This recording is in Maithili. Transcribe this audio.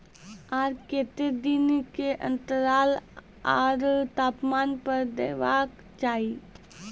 आर केते दिन के अन्तराल आर तापमान पर देबाक चाही?